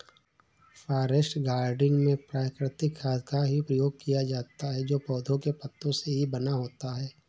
forest gardening में प्राकृतिक खाद का ही प्रयोग किया जाता है जो पौधों के पत्तों से ही बना होता है